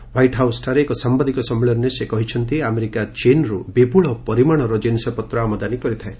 white ହାଉସ୍ଠାରେ ଏକ ସାମ୍ବାଦିକ ସମ୍ମିଳନୀରେ ସେ କହିଛନ୍ତି ଆମେରିକା ଚୀନ୍ରୁ ବିପୁଳ ପରିମାଣର ଜିନିଷପତ୍ର ଆମଦାନୀ କରିଥାଏ